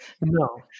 No